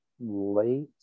late